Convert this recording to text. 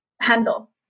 handle